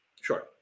Sure